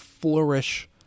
flourish